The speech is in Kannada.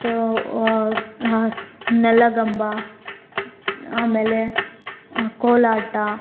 ನೆಲಗಂಬ ಆಮೇಲೆ ಕೋಲಾಟ